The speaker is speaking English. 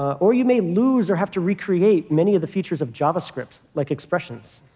or you may lose or have to recreate many of the features of javascript, like expressions.